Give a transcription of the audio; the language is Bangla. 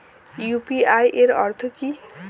ইউ.পি.আই এর অর্থ কি?